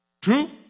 True